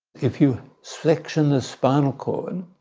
if you section the spinal cord,